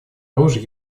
оружие